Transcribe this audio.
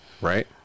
right